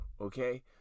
okay